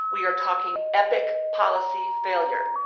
we are talking epic policy failure.